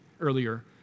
earlier